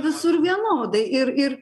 visur vienodai ir ir